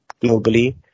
globally